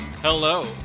Hello